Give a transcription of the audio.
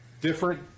different